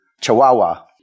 chihuahua